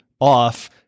off